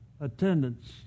attendance